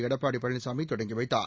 எடப்பாடி பழனிசாமி தொடங்கி வைத்தார்